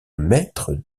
maître